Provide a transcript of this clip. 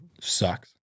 sucks